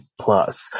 plus